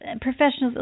professionals